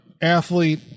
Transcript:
athlete